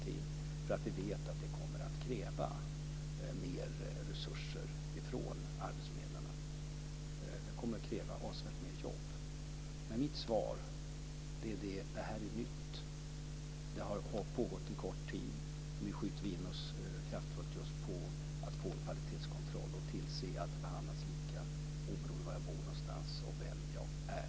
Vi vet att det kommer att kräva mer resurser för arbetsförmedlarna. Det kommer att kräva avsevärt mer jobb. Men mitt svar är att det här är nytt. Det har pågått en kort tid. Nu skjuter vi kraftfullt in oss på att få en kvalitetskontroll och att tillse att jag behandlas lika oavsett var jag bor och vem jag är.